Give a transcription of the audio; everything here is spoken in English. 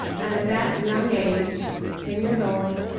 and at that young age, ten years old,